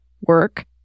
work